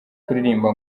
kuririmba